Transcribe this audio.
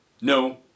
no